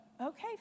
Okay